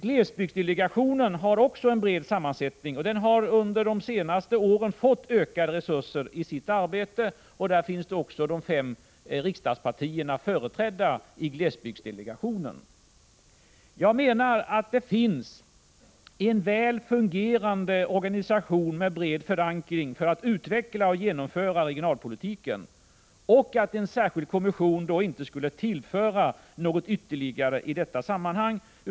Glesbygdsdelegationen har också en bred sammansättning, och den har under de senaste åren fått ökade resurser till sitt arbete. Där finns också de fem riksdagspartierna företrädda. 93 Jag menar att det finns en väl fungerande organisation med bred förankring för att utveckla och genomföra regionalpolitiken och att en särskild kommission inte skulle tillföra något ytterligare i detta sammanhang.